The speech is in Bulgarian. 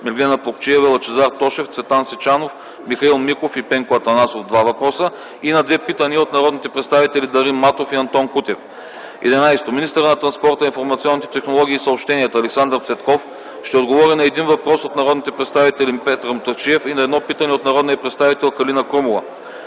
Меглена Плугчиева; Лъчезар Тошев; Цветан Сичанов; Михаил Миков; и Пенко Атанасов (два въпроса) и на две питания от народните представители Дарин Матов; и Антон Кутев. 11. Министърът на транспорта, информационните технологии и съобщенията Александър Цветков ще отговори на един въпрос от народните представители Петър Мутафчиев и на едно питане от народния представител Калина Крумова.